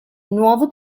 nuovo